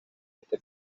este